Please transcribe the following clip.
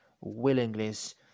willingness